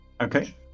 Okay